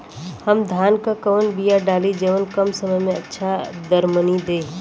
हम धान क कवन बिया डाली जवन कम समय में अच्छा दरमनी दे?